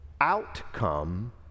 outcome